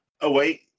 away